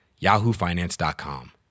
yahoofinance.com